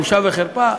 בושה וחרפה?